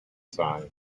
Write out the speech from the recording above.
size